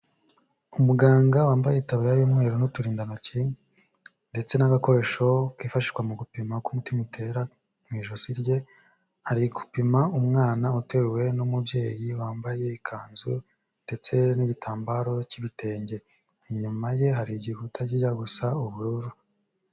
Umuganga wambaye itaburiya y'umweru n'uturindantoki ndetse n'agakoresho kifashishwa mu gupima ko umutima utera mu ijosi rye, ari gupima umwana uteruwe n'umubyeyi wambaye ikanzu ndetse n'igitambaro cy'ibitenge. Inyuma ye hari igikuta kijya gusa ubururu.